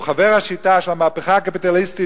הוא חבר השיטה של המהפכה הקפיטליסטית